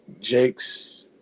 Jake's